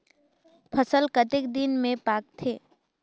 फसल कतेक दिन मे पाकथे?